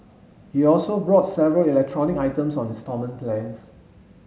he also bought several electronic items on instalment plans